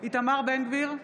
איתמר בן גביר,